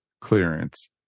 clearance